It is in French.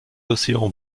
océans